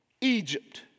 Egypt